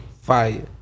fire